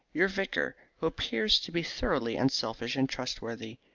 your vicar, who appears to be thoroughly unselfish and trustworthy.